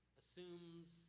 assumes